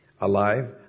alive